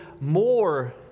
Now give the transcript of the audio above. more